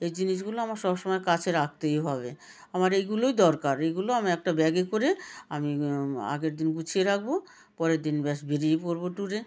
এই জিনিসগুলো আমার সব সময় কাছে রাখতেই হবে আমার এইগুলোই দরকার এইগুলো আমি একটা ব্যাগে করে আমি আগের দিন গুছিয়ে রাখব পরের দিন ব্যাস বেড়িয়ে পড়ব ট্যুরে